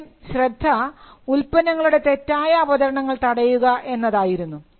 ഇവിടെയും ശ്രദ്ധ ഉൽപ്പന്നങ്ങളുടെ തെറ്റായ അവതരണങ്ങൾ തടയുക എന്നതായിരുന്നു